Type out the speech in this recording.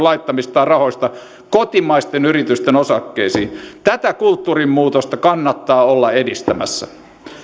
laittamistaan rahoista kotimaisten yritysten osakkeisiin tätä kulttuurinmuutosta kannattaa olla edistämässä